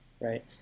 right